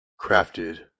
Crafted